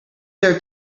there